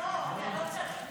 לא, אתה לא צריך.